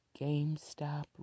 GameStop